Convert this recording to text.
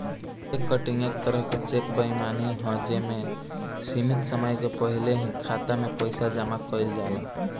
check cutting एक तरह के चेक बेईमानी ह जे में सीमित समय के पहिल ही खाता में पइसा जामा कइल जाला